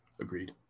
Agreed